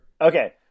Okay